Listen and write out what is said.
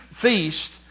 feast